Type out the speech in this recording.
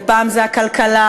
פעם זו הכלכלה,